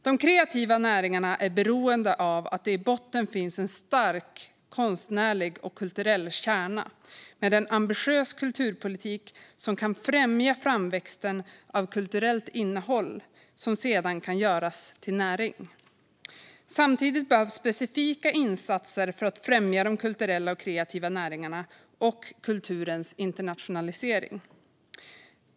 De kreativa näringarna är beroende av att det i botten finns en stark konstnärlig och kulturell kärna med en ambitiös kulturpolitik som kan främja framväxten av kulturellt innehåll som sedan kan göras till näring. Samtidigt behövs specifika insatser för att främja de kulturella och kreativa näringarna och kulturens internationalisering.